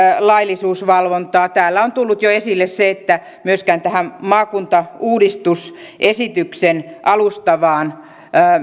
laillisuusvalvontaa täällä on tullut jo esille se että myöskään tähän maakuntauudistusesitykseen alustavaan